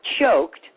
choked